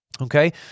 okay